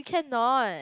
cannot